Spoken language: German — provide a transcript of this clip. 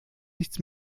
nichts